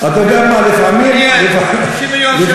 50 מיליון שקל,